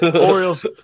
Orioles